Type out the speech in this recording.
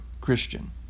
Christian